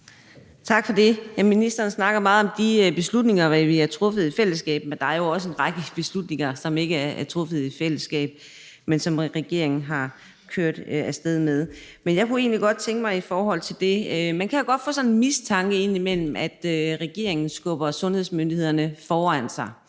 Tak for det. Ministeren snakker meget om de beslutninger, vi har truffet i fællesskab, men der er jo også en række beslutninger, som ikke er truffet i fællesskab, altså som regeringen er kørt af sted med. Man kan jo godt indimellem få sådan en mistanke om, at regeringen skubber sundhedsmyndighederne foran sig,